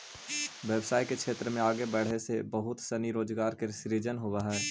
व्यवसाय के क्षेत्र में आगे बढ़े से बहुत सनी रोजगार के सृजन होवऽ हई